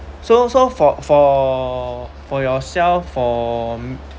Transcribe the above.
so so for for for yourself for